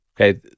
Okay